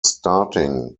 starting